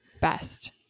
best